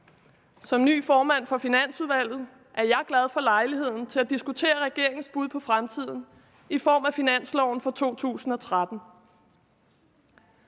Som ny formand for Finansudvalget er jeg glad for lejligheden til at diskutere regeringens bud på fremtiden i form af finansloven for 2013.